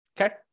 okay